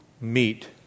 meet